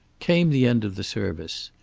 came the end of the service.